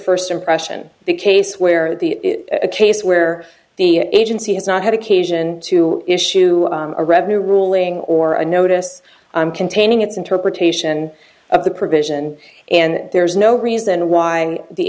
first impression the case where the case where the agency has not had occasion to issue a revenue ruling or a notice containing its interpretation of the provision and there's no reason why the